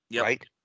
right